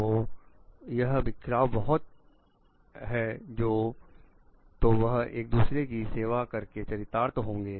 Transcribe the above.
तो यह बिखराव बहुत है तो वह एक दूसरे की सेवा करके चरितार्थ होंगे